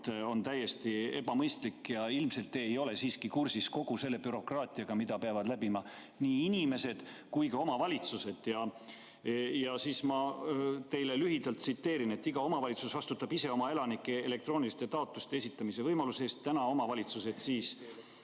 on täiesti ebamõistlik ja ilmselt te ei ole siiski kursis kogu selle bürokraatiaga, mida peavad läbima nii inimesed kui ka omavalitsused. Ja ma teile lühidalt tsiteerin, et iga omavalitsus vastutab ise oma elanike elektrooniliste taotluste esitamise võimaluse eest. Täna omavalitsused loodud